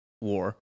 war